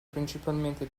principalmente